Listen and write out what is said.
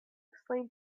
explain